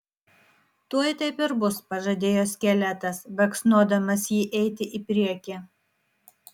tuoj taip ir bus pažadėjo skeletas baksnodamas jį eiti į priekį